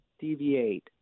deviate